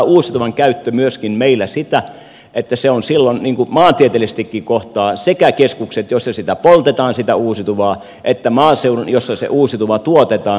uusiutuvan käyttö tarkoittaa meillä myöskin sitä että silloin maantieteellisestikin kohtaavat sekä keskukset joissa sitä uusiutuvaa poltetaan että maaseutu jossa se uusiutuva tuotetaan